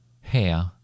Hair